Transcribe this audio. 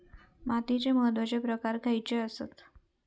मातीचे महत्वाचे प्रकार खयचे आसत?